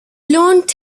learned